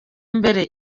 mbere